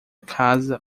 casa